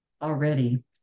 Already